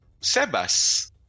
Sebas